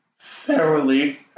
thoroughly